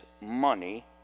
money